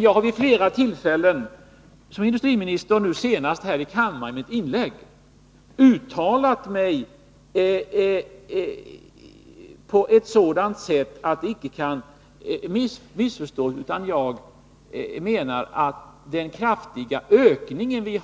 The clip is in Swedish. Jag har vid flera tillfällen som industriminister, nu senast i mitt inlägg här i kammaren, uttalat mig på ett sådant sätt att det icke kan missförstås. Den kraftiga ökning